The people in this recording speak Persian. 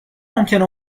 ممکنه